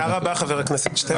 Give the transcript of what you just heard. תודה רבה, חבר הכנסת שטרן.